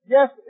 Yes